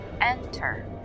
enter